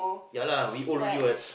ya lah we old already what